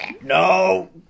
No